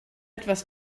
etwas